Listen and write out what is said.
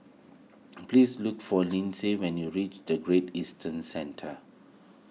please look for Linsey when you reach the Great Eastern Centre